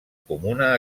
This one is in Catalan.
comuna